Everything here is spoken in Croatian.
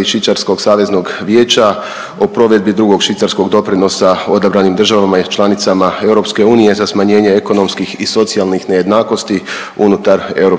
i Švicarskog saveznog vijeća o provedbi Drugog švicarskog doprinosa odabranim državama i članicama EU za smanjenje ekonomskih i socijalnih nejednakosti unutar EU.